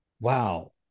wow